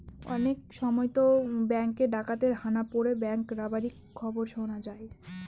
অনেক সময়তো ব্যাঙ্কে ডাকাতের হানা পড়ে ব্যাঙ্ক রবারির খবর শোনা যায়